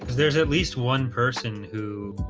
there's at least one person who?